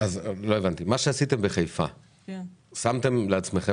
מה שעשיתם בחיפה, שמתם לעצמכם